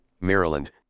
Maryland